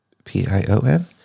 P-I-O-N